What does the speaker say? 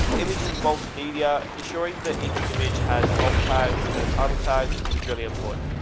images, multimedia, ensuring the h image has all tides at a title tag is really important.